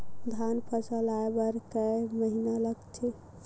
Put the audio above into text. धान फसल आय बर कय महिना लगथे?